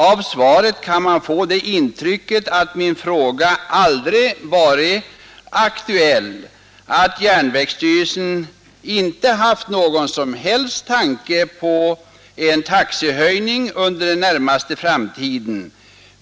Av svaret kan man få det intrycket att min fråga aldrig varit aktuell, att järnvägsstyrelsen inte haft någon som helst tanke på en taxehöjning under den närmaste framtiden.